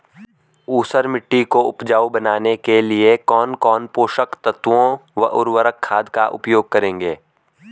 ऊसर मिट्टी को उपजाऊ बनाने के लिए कौन कौन पोषक तत्वों व उर्वरक खाद का उपयोग करेंगे?